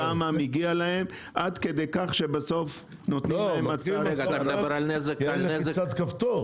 כמה מגיע להם עד כדי כך שבסוף נותנים להם- -- לחיצת כפתור.